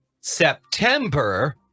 September